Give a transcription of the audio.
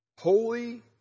holy